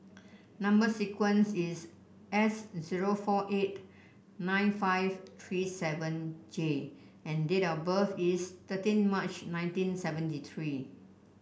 number sequence is S zero four eight nine five three seven J and date of birth is thirteen March nineteen seventy three